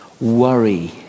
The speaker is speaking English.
worry